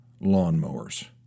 lawnmowers